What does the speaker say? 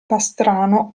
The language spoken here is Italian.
pastrano